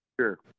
Sure